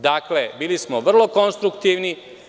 Dakle, bili smo vrlo konstruktivni.